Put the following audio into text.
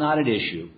not issue